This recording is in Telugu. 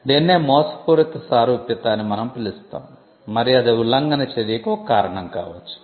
దీన్నే మోసపూరిత సారూప్యత అని మనం పిలుస్తాము మరియు అది ఉల్లంఘన చర్యకు ఒక కారణం కావచ్చు